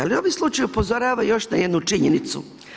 Ali ovi slučajevi upozoravaju još na jednu činjenicu.